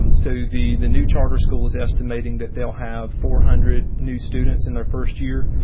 um so the the new charter school is estimating that they'll have four hundred new students in their first year.